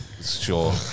sure